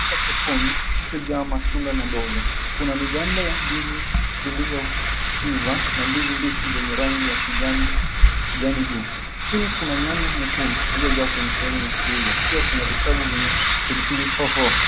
Cha sokoni kilichojaa matunda na mboga kuna miganda ya ndizi lililoiva na ndizi mbichi zenye rangi ya kijani juu chini kuna nyanya nyekundu zilizojaa kwenye sehemu ya kuuza pia kuna vikapu venye pilipili hoho.